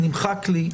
נמחק לי,